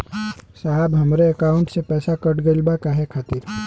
साहब हमरे एकाउंट से पैसाकट गईल बा काहे खातिर?